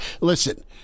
Listen